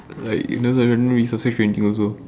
like it doesn't even subscribe anything also